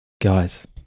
Guys